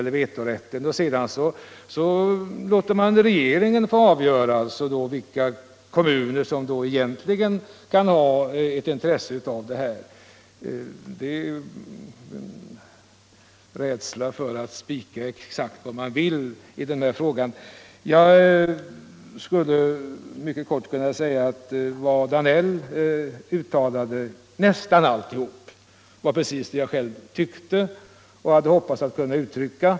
Sedan vill man låta regeringen avgöra vilka kommuner som egentligen kan ha något intresse av denna rätt. Det tyder på en rädsla att spika exakt vad man ösnkar i den här frågan. Jag skulle mycket kort kunna säga att nästan allt vad herr Danell uttalade var precis vad jag själv tyckte och hade hoppats kunna uttrycka.